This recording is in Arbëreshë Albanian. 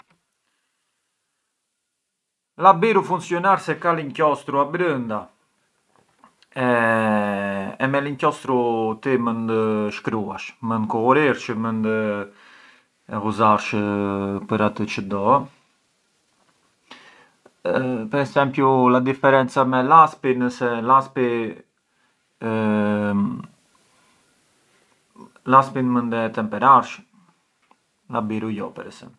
La biru funcjonar se ka l’inchiostru abrënda e me l’inchiostru mënd shkruash, mënd kulurirsh, mënd e ghuzarsh për atë çë do, per esempiu a differenza me laspin ë se laspi… laspin mënd e temperarsh, a biru jo per esempiu.